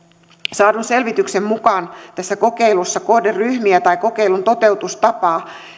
saadun selvityksen mukaan tässä kokeilussa kohderyhmiä tai kokeilun toteutustapaa